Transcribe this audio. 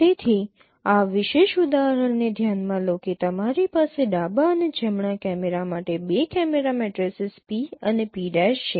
તેથી આ વિશેષ ઉદાહરણને ધ્યાનમાં લો કે તમારી પાસે ડાબા અને જમણા કેમેરા માટે બે કેમેરા મેટ્રિસીસ P અને P' છે